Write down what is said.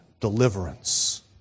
deliverance